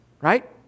Right